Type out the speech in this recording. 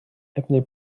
abney